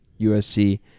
USC